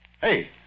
Hey